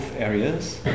areas